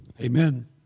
Amen